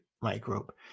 microbe